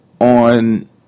on